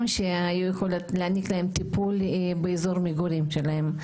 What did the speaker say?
שהיו יכולים להעניק להם טיפול באזור המגורים שלהם.